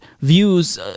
views